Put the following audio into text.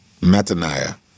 Mataniah